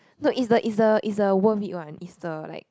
no is the is the is the worth it one is the like